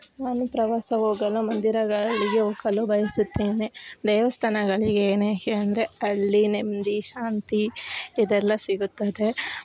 ನಾನು ಪ್ರವಾಸ ಹೋಗಲು ಮಂದಿರಗಳಲ್ಲಿಗೆ ಹೋಗಲು ಬಯಸುತ್ತೇನೆ ದೇವಸ್ಥಾನಗಳಿಗೆ ಏನಕ್ಕೆ ಅಂದರೆ ಅಲ್ಲಿ ನೆಮ್ಮದಿ ಶಾಂತಿ ಇದೆಲ್ಲ ಸಿಗುತ್ತದೆ